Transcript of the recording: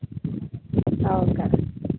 हो का